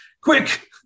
quick